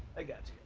i got